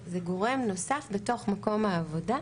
זה גורם נוסף בתוך מקום העבודה.